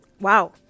Wow